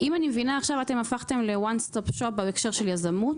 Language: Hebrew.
אם אני מבינה עכשיו הפכתם ל-one stop shop בהקשר של יזמות.